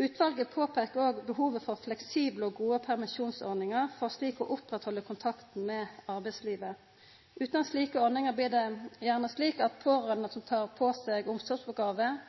Utvalet påpeikar òg behovet for fleksible og gode permisjonsordningar for slik å oppretthalda kontakten med arbeidslivet. Utan slike ordningar blir det gjerne slik at pårørande som tek på seg